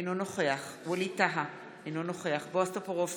אינו נוכח ווליד טאהא, אינו נוכח בועז טופורובסקי,